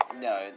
No